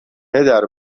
پدر